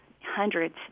hundreds